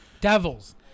Devils